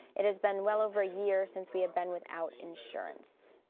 it has been well over a year since we've been without insurance.